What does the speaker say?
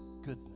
goodness